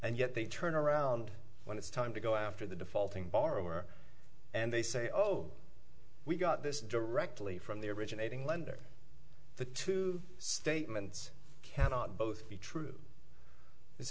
and yet they turn around when it's time to go after the defaulting borrower and they say oh we got this directly from the originating lender the two statements cannot both be true